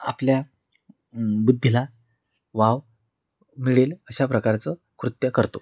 आपल्या बुद्धीला वाव मिळेल अशा प्रकारचं कृत्य करतो